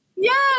Yes